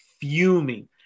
fuming